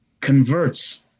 converts